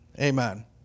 Amen